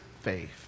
faith